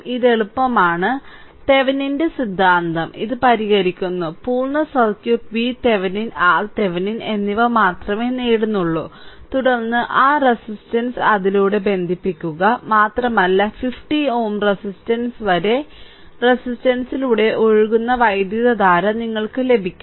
ഇത് എളുപ്പമാണ് തെവെനിന്റെ സിദ്ധാന്തം ഇത് പരിഹരിക്കുന്ന പൂർണ്ണ സർക്യൂട്ട് VThevenin RThevenin എന്നിവ മാത്രമേ നേടുന്നുള്ളൂ തുടർന്ന് ആ റെസിസ്റ്റൻസ് അതിലൂടെ ബന്ധിപ്പിക്കുക മാത്രമല്ല 50 Ω റെസിസ്റ്റൻസ് വരെ റെസിസ്റ്റൻസിലൂടെ ഒഴുകുന്ന വൈദ്യുതധാര നിങ്ങൾക്ക് ലഭിക്കും